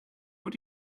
what